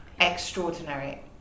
extraordinary